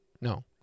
no